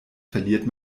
verliert